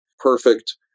perfect